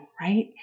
right